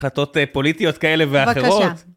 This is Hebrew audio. כתות פוליטיות כאלה ואחרות.